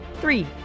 three